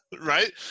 Right